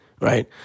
right